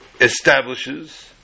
establishes